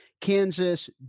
Kansas